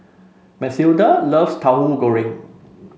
Mathilda loves Tahu Goreng